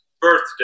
birthday